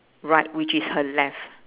right which is her left